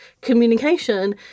communication